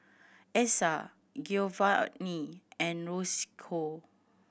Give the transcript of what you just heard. Essa Giovani and Roscoe